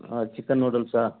chicken நூடுல்ஸா